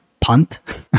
punt